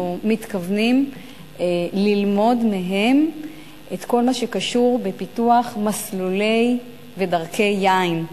אנחנו מתכוונים ללמוד מהם את כל מה שקשור בפיתוח מסלולי ודרכי יין,